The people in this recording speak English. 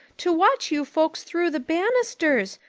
to watch you folks through the bannisters,